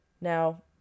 Now